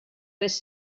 les